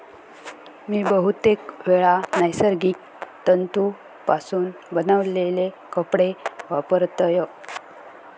मी बहुतेकवेळा नैसर्गिक तंतुपासून बनवलेले कपडे वापरतय